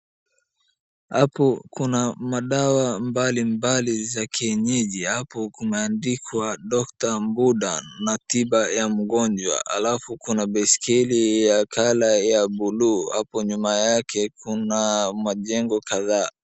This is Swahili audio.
Hapo kuna madawa mbali mbali za kienyeji hapo kumeandikwa doctor Mbudan na tiba ya mgonjwa alafu kuna baiskeli ya colour ya buluu hapo nyuma yake kuna majengo kadhaa.